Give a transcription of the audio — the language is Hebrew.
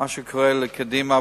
במה שקורה לקדימה,